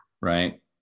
right